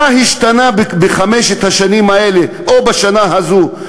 מה השתנה בחמש השנים האלה, או בשנה הזאת?